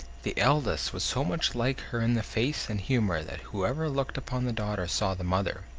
the eldest was so much like her in the face and humor that whoever looked upon the daughter saw the mother.